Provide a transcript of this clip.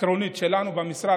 עקרונית שלנו במשרד,